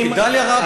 כי דליה רבין,